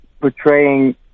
portraying